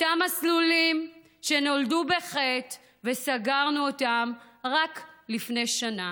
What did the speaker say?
אותם מסלולים שנולדו בחטא וסגרנו אותם רק לפני שנה.